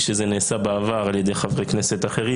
שזה נעשה בעבר על ידי חברי כנסת אחרים,